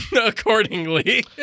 accordingly